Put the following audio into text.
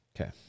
Okay